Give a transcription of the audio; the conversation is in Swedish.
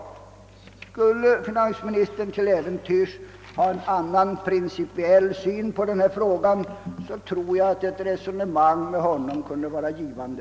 Skulle finansministern till äventyrs ha en annan principiell syn på denna fråga, tror jag att ett resonemang med herr Geijer kunde vara givande.